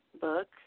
book